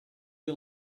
you